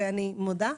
ואני מודה.